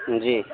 جی